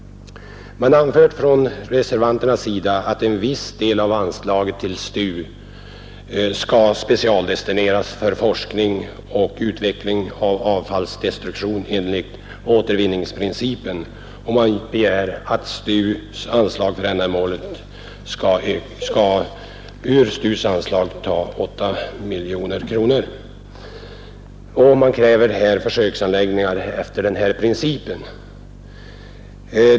Man anser från reservanternas sida att en viss del av anslaget till STU skall specialdestineras för forskning och utveckling av avfallsdestruktion enligt återvinningsprincipen, och man begär att ur STU:s anslag för ändamålet skall tas 8 miljoner kronor. Man kräver försöksanläggningar enligt den nämnda principen.